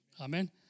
Amen